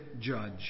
judge